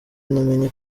namenye